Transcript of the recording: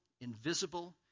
invisible